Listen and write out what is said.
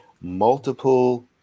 multiple